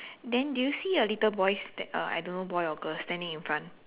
then do you see a little boy sta~ uh I don't know boy or girl standing in front